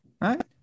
right